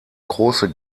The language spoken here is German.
große